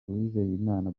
uwizeyimana